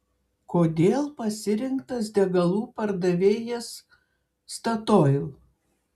kodėl pasirinktas degalų pardavėjas statoil